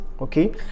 okay